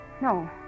No